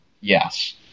Yes